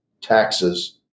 taxes